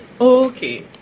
Okay